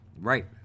Right